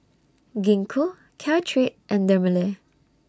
Gingko Caltrate and Dermale